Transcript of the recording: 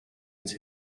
its